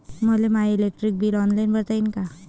मले my electric bill online भरता येईन का?